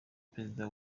perezida